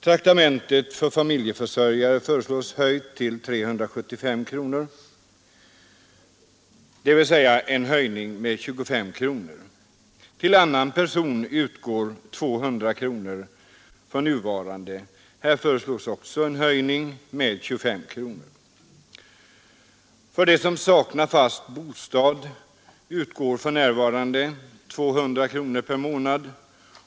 Traktamentet för familjeförsörjare föreslås höjt till 375 kronor, vilket innebär en höjning med 25 kronor. Till annan person utgår för närvarande 200 kronor. Här föreslås också en höjning med 25 kronor. Till dem som saknar fast bostad utgår för närvarande 200 kronor per månad.